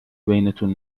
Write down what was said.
بینتون